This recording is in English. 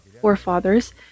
forefathers